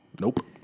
Nope